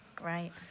Great